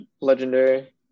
legendary